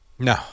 No